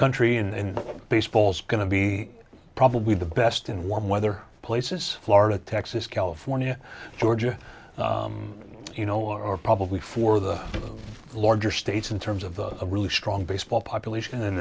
country in baseball's going to be probably the best in warm weather places florida texas california georgia you know or probably for the larger states in terms of the really strong baseball population and the